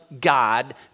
God